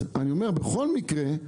בכל מקרה,